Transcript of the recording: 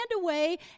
away